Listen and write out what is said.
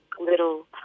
little